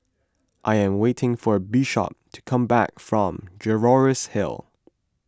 I am waiting for Bishop to come back from Jervois Hill